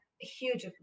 huge